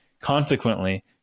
consequently